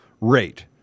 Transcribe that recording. rate